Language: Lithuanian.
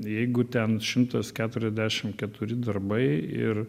jeigu ten šimtas keturiasdešim keturi darbai ir